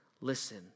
Listen